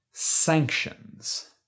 sanctions